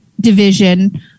division